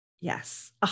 Yes